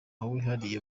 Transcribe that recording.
wihariye